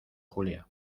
julia